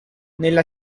nella